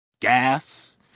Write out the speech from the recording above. gas